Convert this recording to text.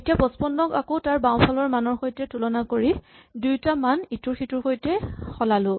এতিয়া ৫৫ ক আকৌ তাৰ বাওঁফালৰ মানৰ সৈতে তুলনা কৰি দুয়োটা মান ইটোৰ সিটোৰ সৈতে সলালো